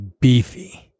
beefy